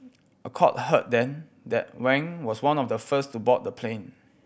a court heard then that Wang was one of the first to board the plane